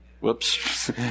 whoops